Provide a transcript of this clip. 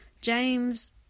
james